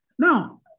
Now